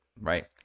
right